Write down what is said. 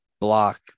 block